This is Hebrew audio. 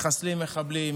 מחסלים מחבלים,